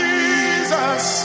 Jesus